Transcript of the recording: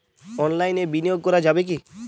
অনলাইনে বিনিয়োগ করা যাবে কি?